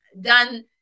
done